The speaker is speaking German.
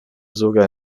sogar